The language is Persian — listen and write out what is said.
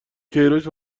کیروش